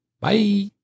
Bye